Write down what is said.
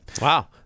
Wow